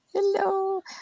Hello